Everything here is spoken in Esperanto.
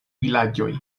vilaĝoj